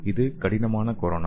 இது கடினமான கொரோனா